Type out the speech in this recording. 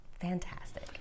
Fantastic